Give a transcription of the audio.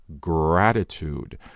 gratitude